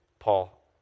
Paul